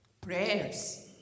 prayers